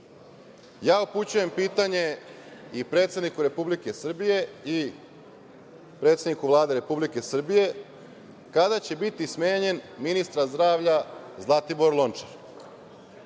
ja upućujem pitanje i predsedniku Republike Srbije i predsedniku Vlade Republike Srbije – kada će biti smenjen ministar zdravlja Zlatibor